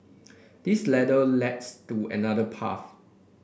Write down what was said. this ladder leads to another path